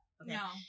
no